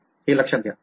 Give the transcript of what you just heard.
हे लक्षात घ्या